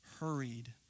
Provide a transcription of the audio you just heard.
hurried